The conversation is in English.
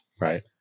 Right